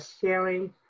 sharing